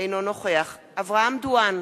אינו נוכח אברהם דואן,